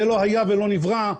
זה לא היה ולא נברא.